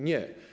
Nie.